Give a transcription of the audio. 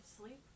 sleep